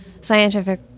scientific